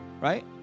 right